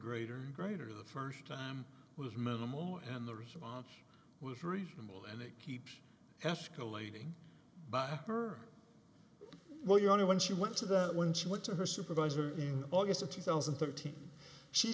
greater and greater the first time was minimal and the response was reasonable and it keeps escalating by her well you know when she went to that when she went to her supervisor in august of two thousand and thirteen she